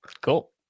Cool